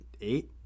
eight